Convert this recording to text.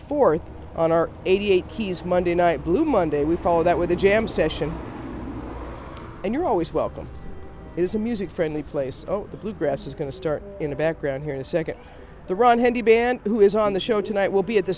fourth on our eighty eight keys monday night blue monday we follow that with a jam session and you're always welcome is a music friendly place the bluegrass is going to start in the background here in a second the run heavy band who is on the show tonight will be at the